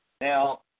Now